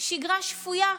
שגרה שפויה,